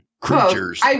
creatures